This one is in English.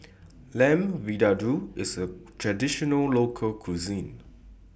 Lamb Vindaloo IS A Traditional Local Cuisine